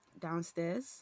downstairs